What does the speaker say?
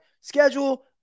schedule